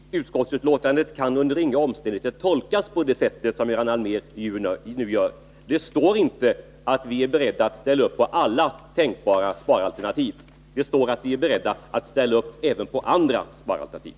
Herr talman! Det betänkandet kan under inga omständigheter tolkas så som Göran Allmér nu gör. Det står inte att vi är beredda att ställa upp på alla tänkbara sparalternativ. Det står bara att vi är beredda att ställa upp även på andra sparalternativ.